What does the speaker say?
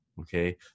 Okay